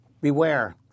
Beware